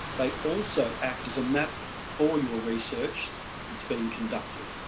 they also act as a map for your research that's being conducted.